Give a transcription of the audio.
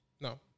No